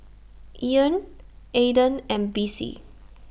Eryn Ayden and Bessie